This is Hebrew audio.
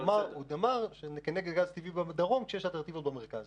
הוא דיבר נגד גז טבעי בדרום כשיש אלטרנטיבות במרכז.